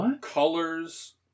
colors